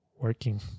working